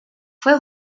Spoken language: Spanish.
fue